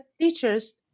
teachers